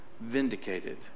vindicated